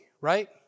right